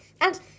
And